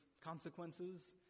consequences